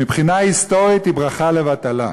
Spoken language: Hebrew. מבחינה היסטורית היא ברכה לבטלה.